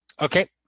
Okay